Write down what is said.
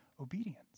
obedience